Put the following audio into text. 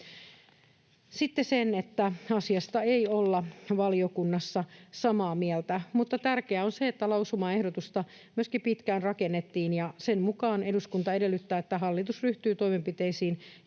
myöskin sen, että asiasta ei olla valiokunnassa samaa mieltä. Mutta tärkeää on se, että lausumaehdotusta myöskin pitkään rakennettiin ja sen mukaan ”eduskunta edellyttää, että hallitus ryhtyy toimenpiteisiin,